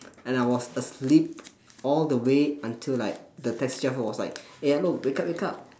and I was asleep all the way until like the taxi driver was like eh hello wake up wake up